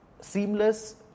seamless